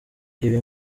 ibi